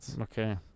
Okay